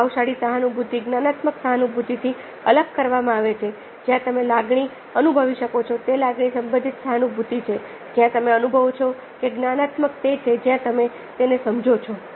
પ્રભાવશાળી સહાનુભુતિક જ્ઞાનાત્મક સહાનુભૂતિથી અલગ કરવામાં આવી છે જ્યાં તમે લાગણી અનુભવી શકો છો તે લાગણી સંબંધિત સહાનુભૂતિ છે જ્યાં તમે અનુભવો છો અને જ્ઞાનાત્મક તે છે જ્યાં તમે તેને સમજો છો